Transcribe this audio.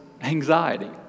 anxiety